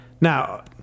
Now